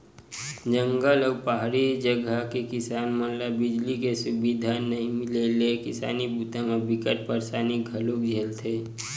जंगल अउ पहाड़ी जघा के किसान मन ल बिजली के सुबिधा नइ मिले ले किसानी बूता म बिकट परसानी घलोक झेलथे